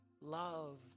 love